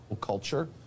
culture